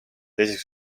teiseks